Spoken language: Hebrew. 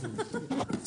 בעצם